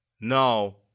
No